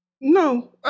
No